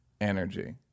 energy